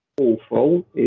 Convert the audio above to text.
awful